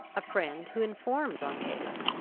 a friend who informs on caleb.